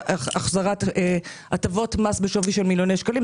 להחזרת הטבות מס בשווי של מיליוני שקלים,